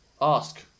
Ask